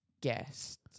guest